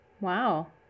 Wow